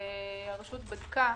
הרשות בדקה